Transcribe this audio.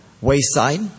wayside